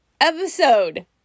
episode